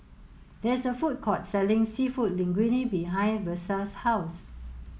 there is a food court selling Seafood Linguine behind Versa's house